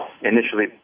initially